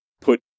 put